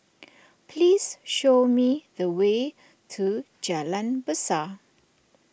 please show me the way to Jalan Besar